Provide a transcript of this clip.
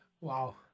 Wow